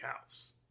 cows